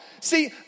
See